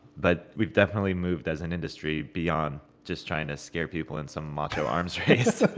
but we've definitely moved, as an industry, beyond just trying to scare people in some macho arms race